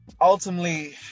ultimately